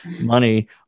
money